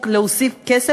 מה המשמעות של כור ההיתוך